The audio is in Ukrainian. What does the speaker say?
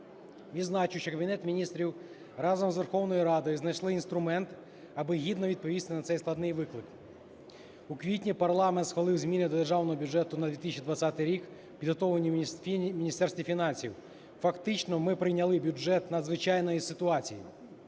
Відзначу, що Кабінет Міністрів разом з Верховною Радою знайшли інструмент, аби гідно відповісти на цей складний виклик. У квітні парламент схвалив зміни до Державного бюджету на 2020 рік, підготовлений у Міністерстві фінансів. Фактично ми прийняли бюджет надзвичайної ситуації,